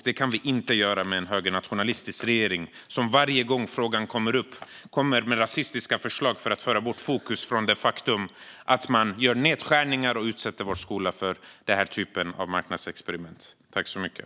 Det kan vi inte göra med en högernationalistisk regering, som varje gång frågan kommer upp kommer med rasistiska förslag för att föra bort fokus från det faktum att man gör nedskärningar och utsätter vår skola för den här typen av marknadsexperiment.